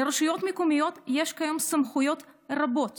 לרשויות מקומיות יש כיום סמכויות רבות